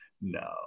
no